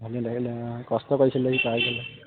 ভালেই লাগিলে কষ্ট কৰিছিলে সি পায় গ'ল